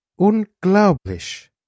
Unglaublich